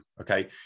okay